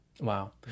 Wow